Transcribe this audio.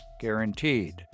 guaranteed